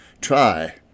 try